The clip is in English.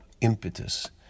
impetus